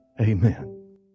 Amen